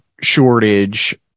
shortage